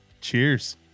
cheers